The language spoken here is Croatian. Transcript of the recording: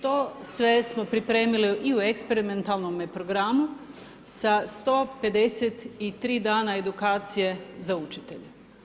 To sve smo pripremili i u eksperimentalnome programu, sa 153 dana edukacije za učitelje.